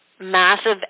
massive